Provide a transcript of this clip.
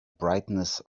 brightness